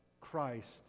Christ